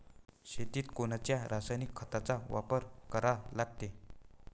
शेतीत कोनच्या रासायनिक खताचा वापर करा लागते?